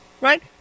Right